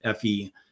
FE